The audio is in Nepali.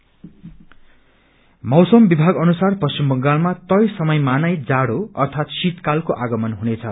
वेदर मौसम विभाग अनुसार पश्चिम बंगालमा तय समयमा नै जाड़ो अर्थात शीतकाको आगमान हुनेछ